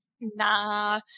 Nah